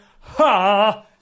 Ha